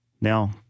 now